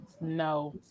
No